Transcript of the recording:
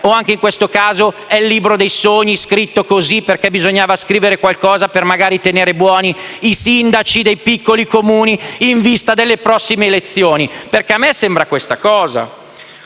o, anche in questo caso, è il libro dei sogni, scritto così perché bisognava scrivere qualcosa, magari per tenere buoni i sindaci dei piccoli Comuni in vista delle prossime elezioni? Perché a me sembra questo.